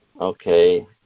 okay